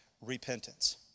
Repentance